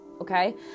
Okay